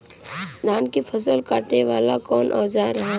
धान के फसल कांटे वाला कवन औजार ह?